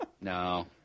no